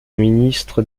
ministre